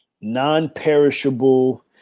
non-perishable